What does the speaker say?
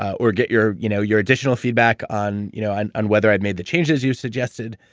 or get your you know your additional feedback on you know and on whether i made the changes you suggested.